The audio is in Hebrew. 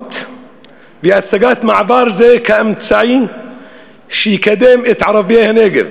התפארות והצגת מעבר זה כאמצעי שיקדם את ערביי הנגב.